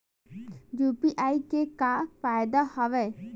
UPI के का फ़ायदा हवय?